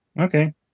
Okay